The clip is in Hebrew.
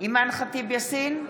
אימאן ח'טיב יאסין,